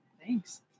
Thanks